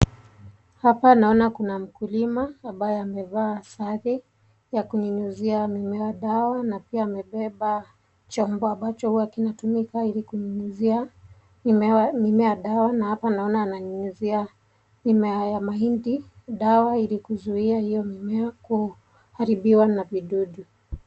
Hapa naona kuna mkulima ambaye amevaa sare ya kunyunyuzia mimea dawa na pia amebeba chombo ambacho huwa kinatumika ili kunyunyuzia mimea dawa na hapa naona ananyunyuzia mimea ya mahindi dawa ili kuzuia hiyo mimea kuharibiwa na vidudu.